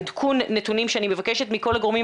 העדכון נתונים שאני מבקשת מכל הגורמים,